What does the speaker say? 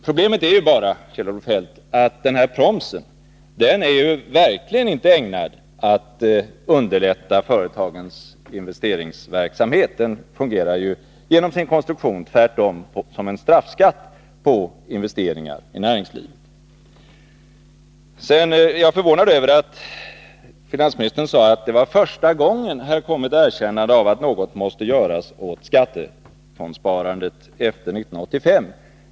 Problemet är bara, Kjell-Olof Feldt, att promsen verkligen inte är ägnad att underlätta företagens investeringsverksamhet. Genom sin konstruktion fungerar promsen tvärtom som en straffskatt på investeringar i näringslivet. Jag är förvånad över att finansministern sade att detta var första gången det framförts ett erkännande av att något måste göras åt skattefondssparandet efter 1985.